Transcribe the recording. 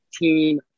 team